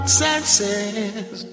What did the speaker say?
senses